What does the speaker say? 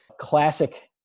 classic